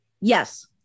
yes